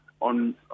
on